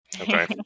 Okay